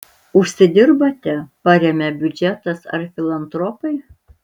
užsidirbate paremia biudžetas ar filantropai